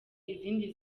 izindi